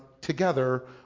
together